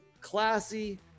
classy